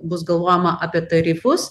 bus galvojama apie tarifus